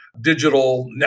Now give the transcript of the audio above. digital